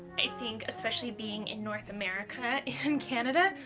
i think especially being in north america, in canada,